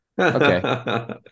Okay